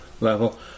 level